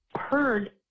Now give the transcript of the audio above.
heard